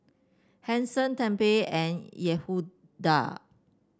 Hanson Tempie and Yehuda